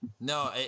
No